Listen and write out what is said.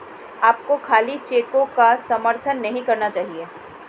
आपको खाली चेकों का समर्थन नहीं करना चाहिए